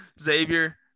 Xavier